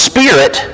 Spirit